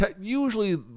usually